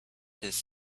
his